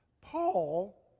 Paul